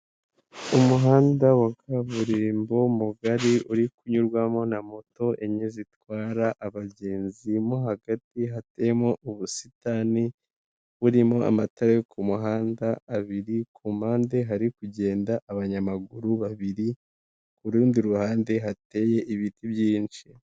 Umuhanda wa kaburimbo mugari uri kunyurwamo na moto enye zitwara abagenzi. Mo hagati hateyemo ubusitani burimo amatara yo ku muhanda abiri, ku mpande hari kugenda abanyamaguru babiri, urundi ruhande hateye ibiti byinshi.